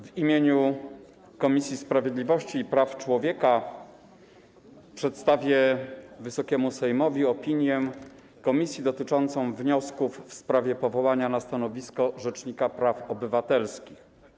W imieniu Komisji Sprawiedliwości i Praw Człowieka przedstawiam Wysokiemu Sejmowi opinię komisji dotyczącą wniosków w sprawie powołania na stanowisko Rzecznika Praw Obywatelskich.